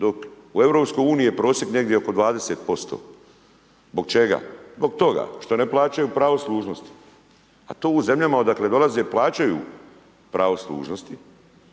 Dok u EU je prosjek negdje oko 20%. Zbog čega? Zbog toga što ne plaćaju pravo služnosti. A to u zemljama, odakle dolaze plaćaju pravo služnosti